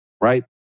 Right